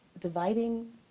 Dividing